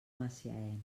messiaen